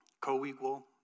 co-equal